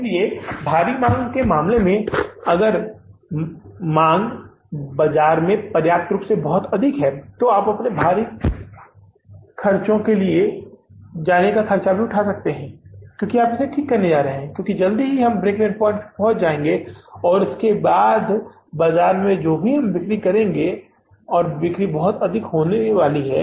इसलिए भारी मांग के मामले में अगर मांग का मतलब बाजार में पर्याप्त रूप से बड़ा है तो आप भारी ख़र्चों के लिए जाने का खर्च भी उठा सकते हैं क्योंकि आप इसे ठीक करने जा रहे हैं क्योंकि बहुत जल्दी हम ब्रेक ईवन बिंदु तक पहुंचने जा रहे हैं और उसके बाद बाजार में हम जो भी बिक्री करते हैं और बिक्री बहुत अधिक होने वाली है